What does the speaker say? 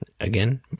again